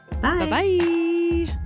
Bye-bye